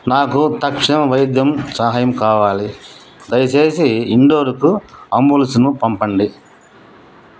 నాకు తక్షణం వైద్యం సహాయం కావాలి దయచేసి ఇండోర్కు అంబులెన్స్ను పంపండి